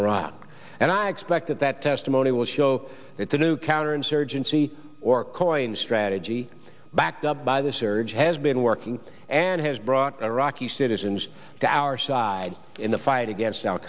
iraq and i expect that that testimony will show that the new counterinsurgency or coin strategy backed up by the surge has been working and has brought iraqi citizens to our side in the fight against